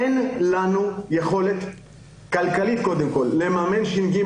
אין לנו יכולת כלכלית קודם כל לממן ש.ג.